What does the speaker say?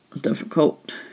difficult